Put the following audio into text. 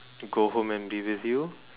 go home and be with you